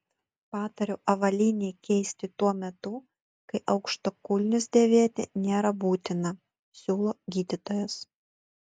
patariu avalynę keisti tuo metu kai aukštakulnius dėvėti nėra būtina siūlo gydytojas